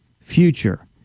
future